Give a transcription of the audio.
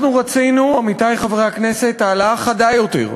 אנחנו רצינו, עמיתי חברי הכנסת, העלאה חדה יותר,